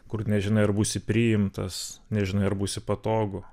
kur nežinai ar būsi priimtas nežinai ar būsi patogu